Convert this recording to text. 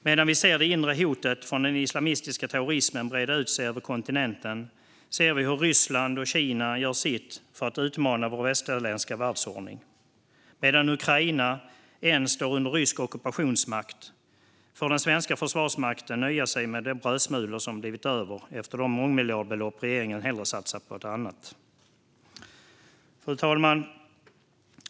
Medan vi ser det inre hotet från den islamistiska terrorismen breda ut sig över kontinenten ser vi hur Ryssland och Kina gör sitt för att utmana vår västerländska världsordning. Medan Ukraina ännu står under rysk ockupationsmakt får den svenska försvarsmakten nöja sig med de brödsmulor som blivit över efter de mångmiljardbelopp regeringen hellre satsat på annat. Fru talman!